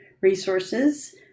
resources